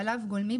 חלב גולמי,